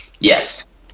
Yes